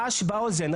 רעש באוזן,